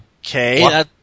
Okay